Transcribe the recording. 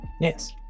Yes